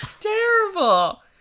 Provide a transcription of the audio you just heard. Terrible